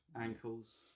ankles